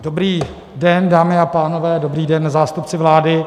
Dobrý den, dámy a pánové, dobrý den, zástupci vlády.